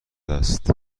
است